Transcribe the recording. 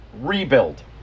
rebuild